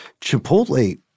Chipotle